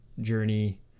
journey